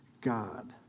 God